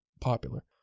popular